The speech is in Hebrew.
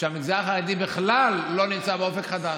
שהמגזר החרדי בכלל לא נמצא באופק חדש.